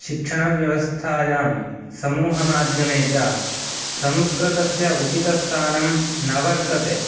शिक्षणव्यवस्थायां समूहमाध्यमे च संस्कृतस्य उचितस्थानं न वर्तते